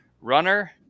runner